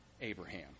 Abraham